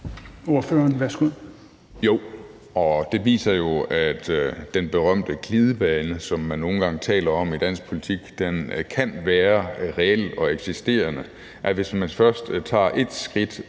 Olesen (LA): Jo, og det viser jo, at den berømte glidebane, som man nogle gange taler om i dansk politik, kan være reel og eksisterende: Hvis man først tager ét skridt